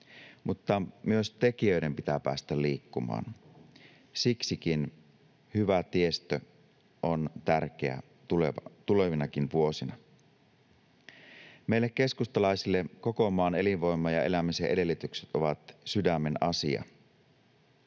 mutta myös tekijöiden pitää päästä liikkumaan. Siksikin hyvä tiestö on tärkeä tulevinakin vuosina. Meille keskustalaisille koko maan elinvoima ja elämisen edellytykset ovat sydämen asia.